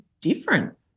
different